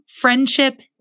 friendship